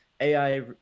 AI